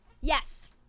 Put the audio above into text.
Yes